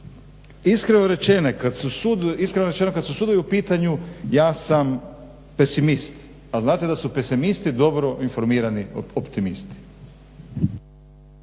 Iskreno rečeno kad su sudovi u pitanju ja sam pesimist. A znate da su pesimisti dobro informirani optimisti.